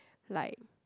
like